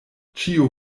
ĉiuj